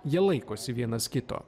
jie laikosi vienas kito